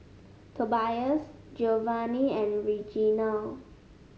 Tobias Giovanny and Reginal